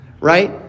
right